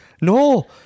No